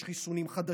יש חיסונים חדשים.